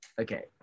okay